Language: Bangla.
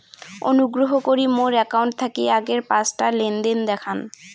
অনুগ্রহ করি মোর অ্যাকাউন্ট থাকি আগের পাঁচটা লেনদেন দেখান